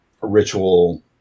ritual